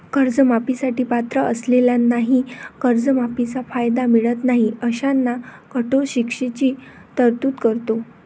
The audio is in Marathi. कर्जमाफी साठी पात्र असलेल्यांनाही कर्जमाफीचा कायदा मिळत नाही अशांना कठोर शिक्षेची तरतूद करतो